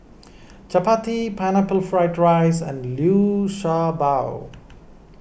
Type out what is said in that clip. Chappati Pineapple Fried Rice and Liu Sha Bao